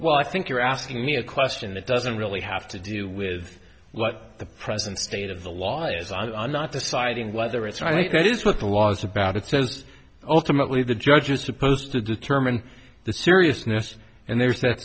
well i think you're asking me a question that doesn't really have to do with what the present state of the law is the not deciding whether it's right there is what the law is about it says ole timidly the judge is supposed to determine the seriousness and there's that